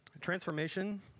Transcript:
Transformation